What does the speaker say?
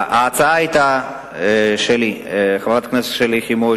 ההצעה היתה שרשות השידור תיתן בזמן אמת